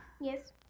Yes